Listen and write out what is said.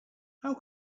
how